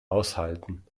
aushalten